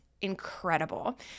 incredible